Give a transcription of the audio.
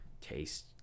taste